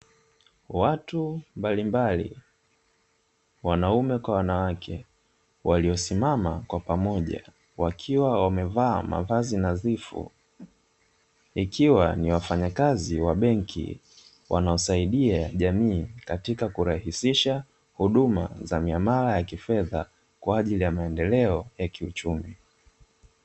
Watu mbalimbali wanaume kwa wanawake waliosimama kwa pamoja wakiwa wamevaa mavazi nadhifu, ikiwa ni wafanyakazi wa benki wanaosaidia jamii katika kurahisisha huduma za miamala ya kifedha kwa ajili ya maendeleo ya kiuchumi.